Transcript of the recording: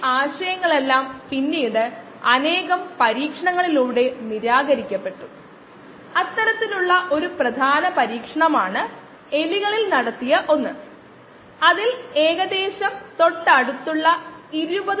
bio റിയാക്ടറിലെ solution സമാന താപ പ്രതികരണ സ്വഭാവമുള്ള ഒറ്റ കോശങ്ങൾ ഉൾക്കൊള്ളുന്നു